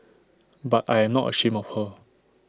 but I am not ashamed of her